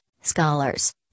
scholars